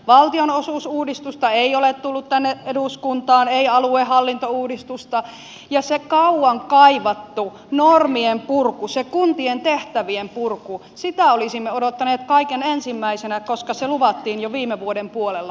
valtionosuusuudistusta ei ole tullut tänne eduskuntaan ei aluehallintouudistusta ja sitä kauan kaivattua normien purkua sitä kuntien tehtävien purkua olisimme odottaneet kaiken ensimmäisenä koska se luvattiin jo viime vuoden puolella